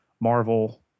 Marvel